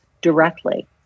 directly